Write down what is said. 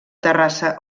terrassa